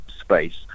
space